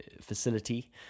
facility